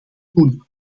doen